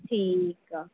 ਠੀਕ ਆ